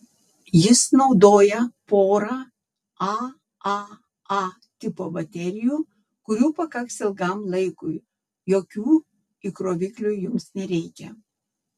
jis naudoja porą aaa tipo baterijų kurių pakaks ilgam laikui jokių įkroviklių jums nereikia